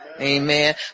Amen